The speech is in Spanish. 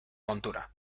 montura